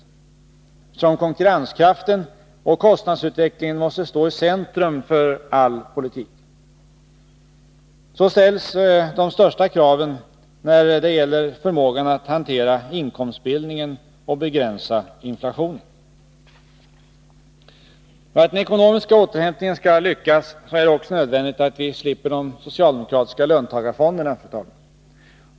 Eftersom konkurrenskraften och kostnadsutvecklingen måste stå i centrum för all politik, så ställs de största kraven när det gäller förmågan att hantera inkomstbildningen och begränsa inflationen. För att den ekonomiska återhämtningen skall lyckas är det också nödvändigt att vi slipper de socialdemokratiska löntagarfonderna.